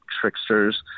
Tricksters